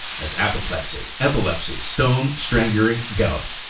as apoplexy, epilepsy, stone, strangury, gout,